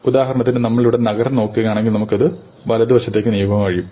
ഉദാഹരണത്തിന് നമ്മൾ ഇവിടെ ഈ നഗരം നോക്കുകയാണെങ്കിൽ നമുക്ക് അത് വലത്തേക്ക് നീക്കാൻ കഴിയും